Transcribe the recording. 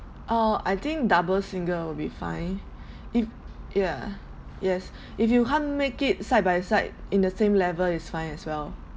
oh I think double single will be fine if yeah yes if you can't make it side by side in the same level is fine as well